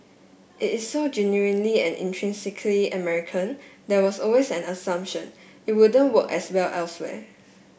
it is so genuinely and intrinsically American there was always an assumption it wouldn't work as well elsewhere